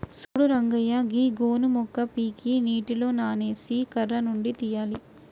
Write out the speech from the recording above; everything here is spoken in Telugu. సూడు రంగయ్య గీ గోను మొక్క పీకి నీటిలో నానేసి కర్ర నుండి తీయాలి